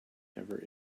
never